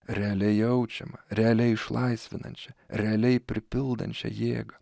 realiai jaučiama realiai išlaisvinančia realiai pripildančia jėgą